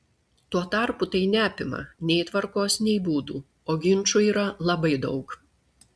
tuo tarpu tai neapima nei tvarkos nei būdų o ginčų yra labai daug